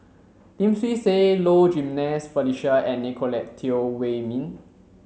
Lim Swee Say Low Jimenez Felicia and Nicolette Teo Wei min